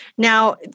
Now